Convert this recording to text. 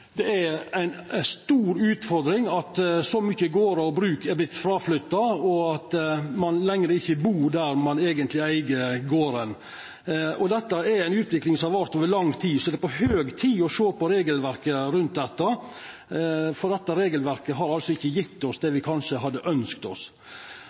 og at ein ikkje lenger bur der ein eigentleg eig garden. Dette er ei utvikling som har vart over lang tid, så det er på høg tid å sjå på regelverket rundt dette, for dette regelverket har altså ikkje gjeve oss det